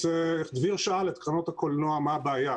דביר שאל את קרנות הקולנוע מה הבעיה,